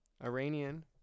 Iranian